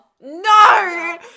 No